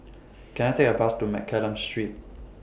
Can I Take A Bus to Mccallum Street